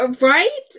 right